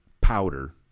powder